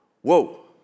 Whoa